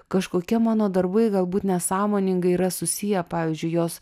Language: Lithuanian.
kažkokie mano darbai galbūt nesąmoningai yra susiję pavyzdžiui jos